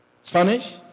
Spanish